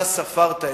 אתה ספרת אצבעות.